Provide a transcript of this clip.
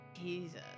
Jesus